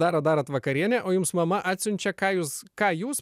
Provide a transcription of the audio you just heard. darot darot vakarienę o jums mama atsiunčia ką jūs ką jūs